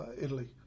Italy